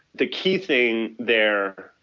the key thing there,